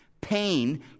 Pain